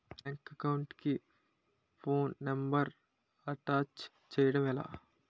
Bank account కి phone number attach చేయడం ఎలా?